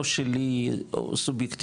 לא שלי סובייקטיבית.